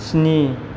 स्नि